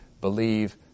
believe